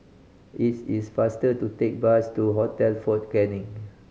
it is faster to take bus to Hotel Fort Canning